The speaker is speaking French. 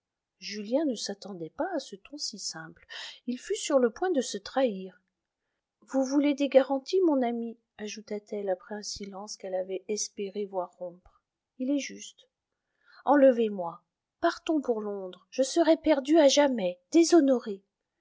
julien ne s'attendait pas à ce ton si simple il fut sur le point de se trahir vous voulez des garanties mon ami ajouta-t-elle après un silence qu'elle avait espéré voir rompre il est juste enlevez moi partons pour londres je serai perdue à jamais déshonorée